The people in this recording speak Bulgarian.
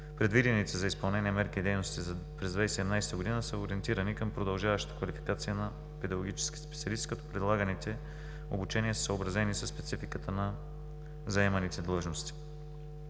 Предвидените за изпълнение мерки и дейности през 2017 г. са ориентирани към продължаващата квалификация на педагогическите специалисти, като предлаганите обучения са съобразени със спецификата на заеманите длъжности.